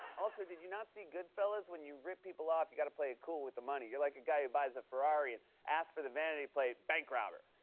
also, did you not see goodfellas? when you rip people off, you gotta play it cool with the money. you're like a guy who buys a ferrari and asks for the vanity plate bank robber.